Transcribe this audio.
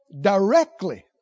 directly